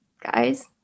Guys